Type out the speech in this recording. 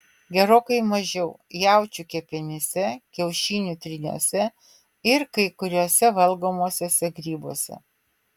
gerokai mažiau jaučių kepenyse kiaušinių tryniuose ir kai kuriuose valgomuosiuose grybuose